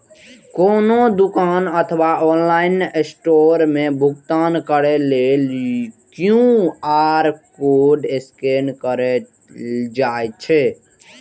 कोनो दुकान अथवा ऑनलाइन स्टोर मे भुगतान करै लेल क्यू.आर कोड स्कैन कैल जाइ छै